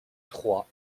trois